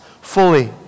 fully